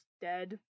dead